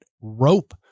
rope